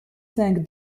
cinq